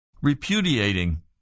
repudiating